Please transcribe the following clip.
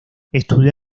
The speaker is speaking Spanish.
estudió